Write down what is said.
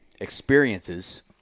experiences